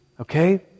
Okay